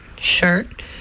shirt